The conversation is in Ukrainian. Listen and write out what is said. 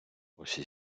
усі